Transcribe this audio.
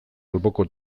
alboko